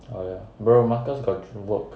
oh ya bro marcus got work